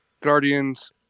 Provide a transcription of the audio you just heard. Guardians